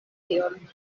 tion